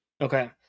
Okay